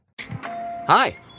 Hi